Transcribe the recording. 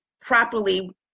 properly